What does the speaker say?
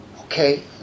okay